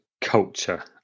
culture